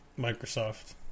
Microsoft